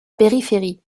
périphérie